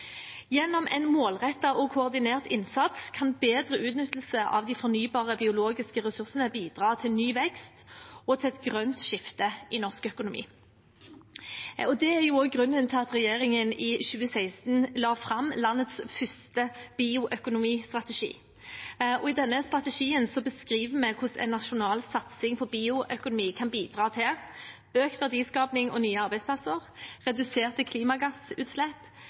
Gjennom en målrettet og koordinert innsats kan bedre utnyttelse av de fornybare biologiske ressursene bidra til ny vekst og til et grønt skifte i norsk økonomi. Det er også grunnen til at regjeringen i 2016 la fram landets første bioøkonomistrategi. I denne strategien beskriver vi hvordan en nasjonal satsing på bioøkonomi kan bidra til økt verdiskaping og nye arbeidsplasser, reduserte klimagassutslipp